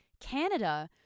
Canada